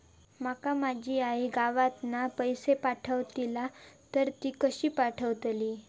माका माझी आई गावातना पैसे पाठवतीला तर ती कशी पाठवतली?